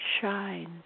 shines